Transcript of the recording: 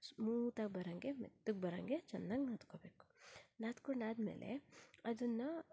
smooth ಆಗಿ ಬರೋಂಗೆ ಮೆತ್ತಗೆ ಬರೋಂಗೆ ಚೆನ್ನಾಗಿ ನಾದ್ಕೊಬೇಕು ನಾದ್ಕೊಂಡು ಆದ್ಮೇಲೆ ಅದನ್ನು